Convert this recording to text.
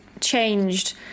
Changed